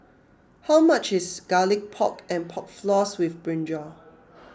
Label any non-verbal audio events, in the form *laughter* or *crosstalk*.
how much is Garlic Pork and Pork Floss with Brinjal *noise*